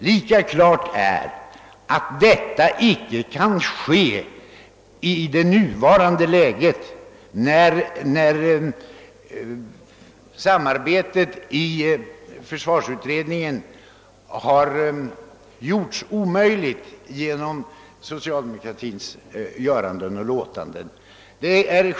Lika klart är emellertid att detta icke kan ske i rådande läge, när samarbetet i försvarsutredningen har omöjliggjorts genom socialdemokratins göranden och låtanden.